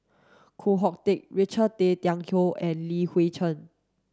Koh Hoon Teck Richard Tay Tian Hoe and Li Hui Cheng